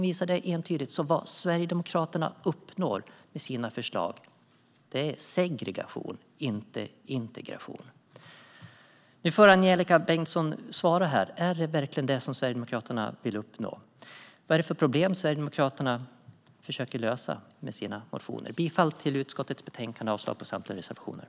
Vad Sverigedemokraterna uppnår med sina förslag är därmed segregation och inte integration. Nu får Angelika Bengtsson svara här: Är det verkligen detta som Sverigedemokraterna vill uppnå? Vad är det för problem Sverigedemokraterna försöker lösa med sina motioner? Jag yrkar bifall till utskottets förslag i betänkandet och avslag på samtliga reservationer.